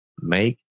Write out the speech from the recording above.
make